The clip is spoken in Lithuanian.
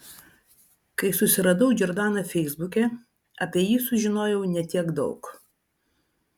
kai susiradau džordaną feisbuke apie jį sužinojau ne tiek daug